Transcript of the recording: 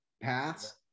paths